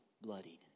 bloodied